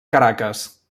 caracas